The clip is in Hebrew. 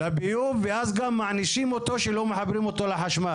לביוב ואז גם מענישים את התושבים בכך שלא מחברים אותם לחשמל.